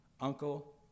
uncle